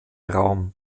raum